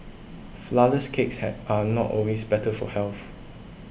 Flourless Cakes had are not always better for health